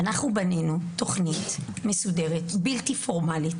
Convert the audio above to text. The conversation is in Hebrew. אנחנו בנינו תכנית מסודרת בלתי פורמלית